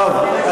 טוב.